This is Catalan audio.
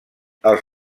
els